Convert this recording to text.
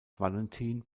valentin